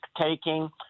taking